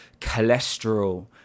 cholesterol